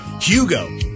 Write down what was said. Hugo